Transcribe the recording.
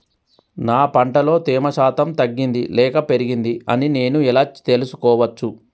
నా పంట లో తేమ శాతం తగ్గింది లేక పెరిగింది అని నేను ఎలా తెలుసుకోవచ్చు?